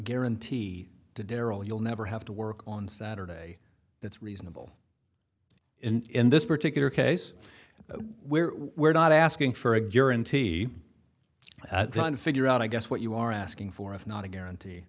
guarantee to daryl you'll never have to work on saturday that's reasonable in this particular case where we're not asking for a guarantee on figure out i guess what you are asking for is not a guarantee